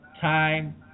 time